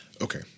okay